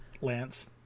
Lance